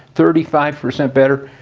thirty five percent better.